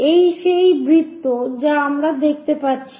এই যে সেই বৃত্ত যা আমরা দেখতে পাচ্ছি